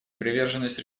приверженность